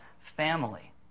family